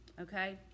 okay